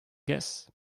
guess